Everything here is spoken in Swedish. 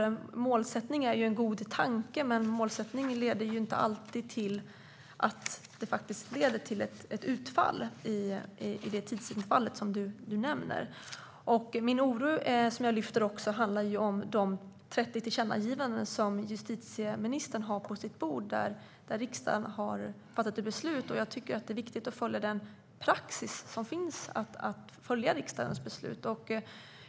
En målsättning är en god tanke, men en målsättning leder inte alltid till ett utfall i det tidsintervall som justitieministern nämner. Min oro handlar också om de 30 tillkännagivanden som justitieministern har på sitt bord och där riksdagen fattat beslut. Jag tycker att det är viktigt att följa den praxis som finns om att följa riksdagens beslut.